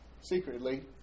secretly